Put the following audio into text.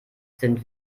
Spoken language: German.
sind